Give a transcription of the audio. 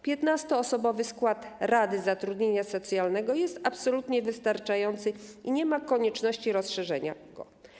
15-osobowy skład Rady Zatrudnienia Socjalnego jest absolutnie wystarczający i nie ma konieczności rozszerzania jego.